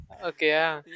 Okay